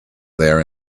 there